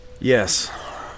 Yes